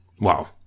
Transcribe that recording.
Wow